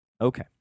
Okay